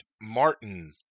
Martin